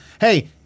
hey